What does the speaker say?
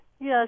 Yes